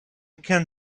can